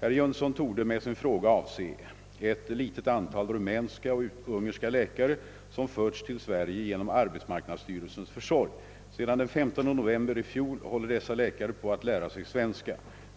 Herr Jönsson torde med sin fråga avse ett litet antal rumänska och ungerska läkare, som förts till Sverige genom arbetsmarknadssty relsens försorg. Sedan den 15 november i fjol håller dessa läkare på att lära sig svenska.